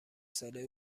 ساله